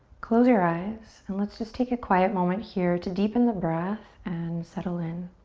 close your eyes and let's just take a quiet moment here to deepen the breath and settle in.